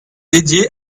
dédiée